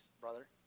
brother